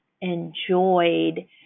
enjoyed